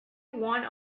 one